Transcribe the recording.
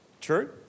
True